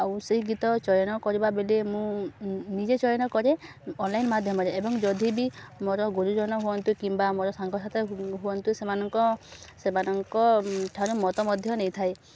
ଆଉ ସେଇ ଗୀତ ଚୟନ କରିବା ବେଲେ ମୁଁ ନିଜେ ଚୟନ କରେ ଅନଲାଇନ୍ ମାଧ୍ୟମରେ ଏବଂ ଯଦି ବି ମୋର ଗୁରୁଜନ ହୁଅନ୍ତୁ କିମ୍ବା ମୋର ସାଙ୍ଗସାଥି ହୁଅନ୍ତୁ ସେମାନଙ୍କ ସେମାନଙ୍କଠାରୁ ମତ ମଧ୍ୟ ନେଇଥାଏ